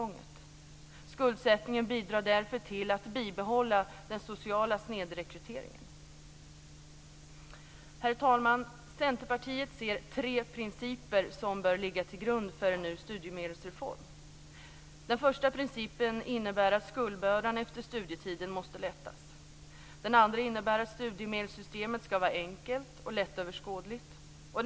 Skuldsättningen bidrar därför till att bibehålla den sociala snedrekryteringen. Herr talman! Centerpartiet ser tre principer som bör ligga till grund för en ny studiemedelsreform. 1. Den första principen innebär att skuldbördan efter studietiden måste lättas. 2. Den andra principen innebär att studiemedelssystemet skall vara enkelt och lättöverskådligt. 3.